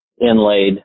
inlaid